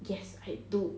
yes I do